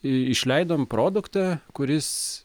išleidom produktą kuris